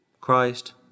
Christ